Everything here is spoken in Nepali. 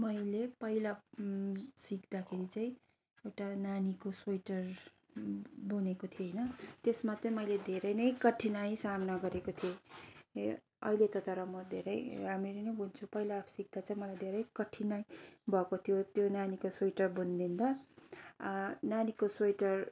मैले पहिला सिक्दाखेरि चाहिँ एउटा नानीको स्वेटर बुनेको थिएँ होइन त्यसमा चाहिँ मैले धेरै नै कठिनाई सामना गरेको थिएँ अहिले त तर म धेरै राम्ररी नै बुन्छु पहिला सिक्दा चाहिँ मलाई धेरै कठिनाई भएको थियो त्यो नानीको स्वेटर बुनिदिँदा नानीको स्वेटर